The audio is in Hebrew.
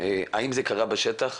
האם זה קרה בשטח,